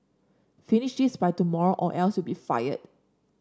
finish this by tomorrow or else you'll be fired